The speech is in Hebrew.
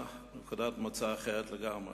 מוצא אחרת לגמרי.